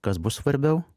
kas bus svarbiau